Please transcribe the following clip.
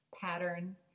Pattern